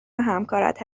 همکارت